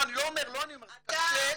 אתה -- זה קשה,